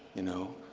you know,